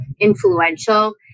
influential